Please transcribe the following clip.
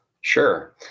Sure